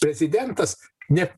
prezidentas ne